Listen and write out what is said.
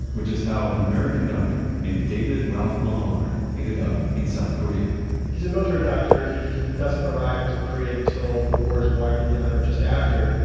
which is how an american doctor, named david ralph millard, ended up in south korea he's a military doctor. he doesn't arrive into korea until the war is winding down or just after.